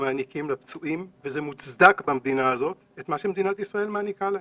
שמעניקים לפצועים וזה מוצדק את מה שמדינת ישראל מעניקה להם.